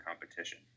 competition